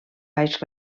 baix